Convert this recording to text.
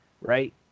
right